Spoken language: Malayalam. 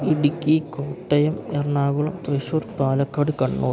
ഇടുക്കി കോട്ടയം എറണാകുളം തൃശ്ശൂർ പാലക്കാട് കണ്ണൂർ